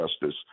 justice